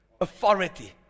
authority